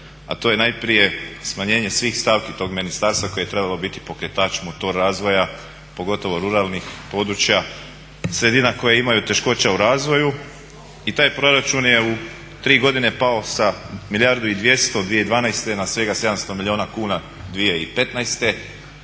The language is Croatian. a to je najprije smanjenje svih stavki tog ministarstva koje je trebalo biti pokretač, motor razvoja, pogotovo ruralnih područja, sredina koje imaju teškoća u razvoju. I taj proračun je u tri godine pao sa milijardu i 200 2012. na svega 700 milijuna kuna 2015.